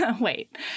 Wait